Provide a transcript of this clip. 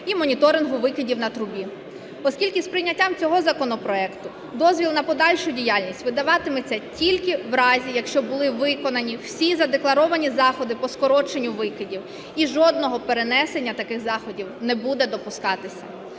і моніторингу викидів на трубі. Оскільки з прийняттям цього законопроекту дозвіл на подальшу діяльність видаватиметься тільки в разі, якщо були виконані всі задекларовані заходи по скороченню викидів, і жодного перенесення таких заходів не буде допускатися.